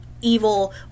evil